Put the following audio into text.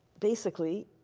basically,